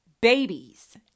babies